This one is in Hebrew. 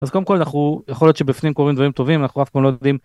אז קודם כל אנחנו יכול להיות שבפנים קורים דברים טובים אנחנו אף פעם לא יודעים.